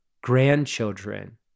grandchildren